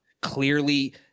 clearly